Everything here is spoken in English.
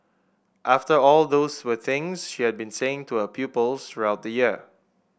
after all those were things she had been saying to her pupils throughout the year